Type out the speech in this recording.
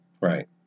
Right